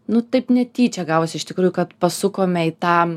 nu taip netyčia gavosi iš tikrųjų kad pasukome į tą